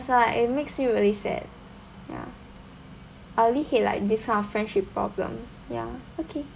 that's why it makes me really sad ya I really hate like this kind of friendship problem ya okay